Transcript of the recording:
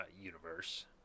universe